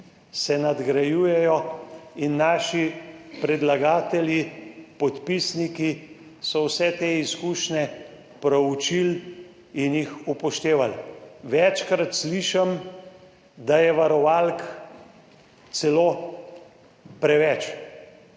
se nadgrajujejo in naši predlagatelji, podpisniki, so vse te izkušnje proučili in jih upoštevali. Večkrat slišim, da je varovalk celo preveč.